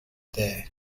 there